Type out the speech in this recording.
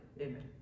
Amen